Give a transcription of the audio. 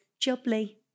Jubbly